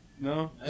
No